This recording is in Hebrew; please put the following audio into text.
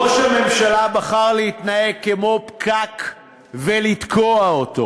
ראש הממשלה בחר להתנהג כמו פקק ולתקוע אותו.